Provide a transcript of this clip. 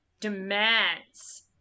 demands